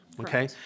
okay